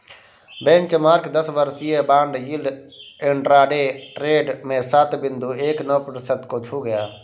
benchmark दस वर्षीय bond yield intraday trade में सात बिंदु एक नौ प्रतिशत को छू गया